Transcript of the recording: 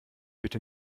bitte